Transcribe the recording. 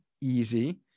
easy